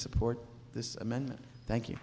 support this amendment thank you